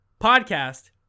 podcast